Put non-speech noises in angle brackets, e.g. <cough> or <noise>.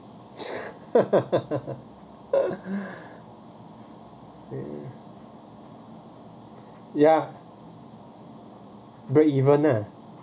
<laughs> ya break even ah